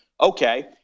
okay